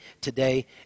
today